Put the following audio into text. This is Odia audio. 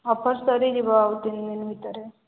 ଅଫର ସରି ଯିବ ଆଉ ତିନି ଦିନ ଭିତରେ